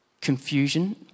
confusion